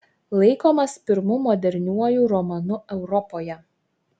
laikomas pirmu moderniuoju romanu europoje